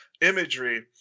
imagery